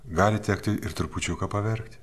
gali tekti ir trupučiuką paverkti